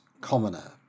Commoner